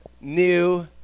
new